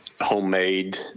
homemade